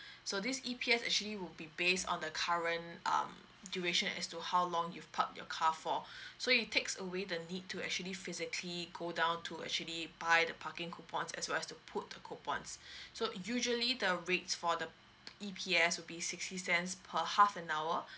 so this E_P_S actually would be based on the current um duration as to how long you've parked your car for so it takes away the need to actually physically go down to actually buy the parking coupons as well as to put the coupons so usually the rates for the E_P_S will be sixty cents per half an hour